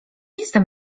jestem